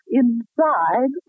inside